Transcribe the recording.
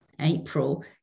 April